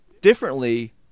differently